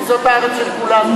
כי זאת הארץ של כולנו.